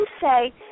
say